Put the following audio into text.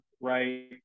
right